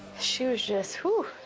she was just, whew!